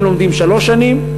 והם לומדים שלוש שנים,